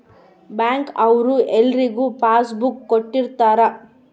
bank ಅವ್ರು ಎಲ್ರಿಗೂ passbook ಕೊಟ್ಟಿರ್ತರ